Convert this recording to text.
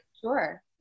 sure